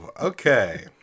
okay